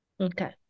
Okay